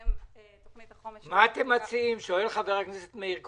שואל חבר הכנסת מאיר כהן,